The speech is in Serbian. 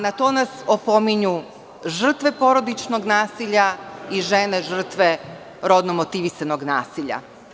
Na to nas opominju žrtve porodičnog nasilja i žene žrtve rodno motivisanog nasilja.